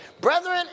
Brethren